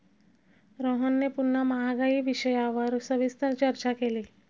रोहनने पुन्हा महागाई विषयावर सविस्तर चर्चा केली